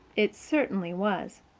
it certainly was.